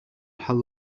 الحل